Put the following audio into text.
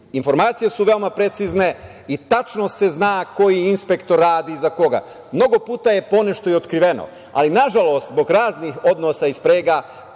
informacije su veoma precizne i tačno se zna koji inspektor radi i za koga. Mnogo puta je ponešto i otkriveno, ali na žalost zbog raznih odnosa i sprega